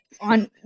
on